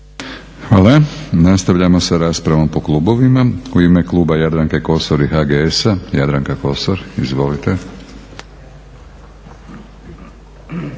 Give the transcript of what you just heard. Hvala. Nastavljamo sa raspravom po klubovima. U ime kluba Jadranke Kosor i HGS-a Jadranka Kosor, izvolite.